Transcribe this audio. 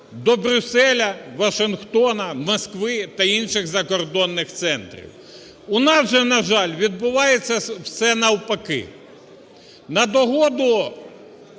до Брюсселя, Вашингтону, Москви та інших закордонних центрів. У нас же, на жаль, відбувається все навпаки: